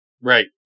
Right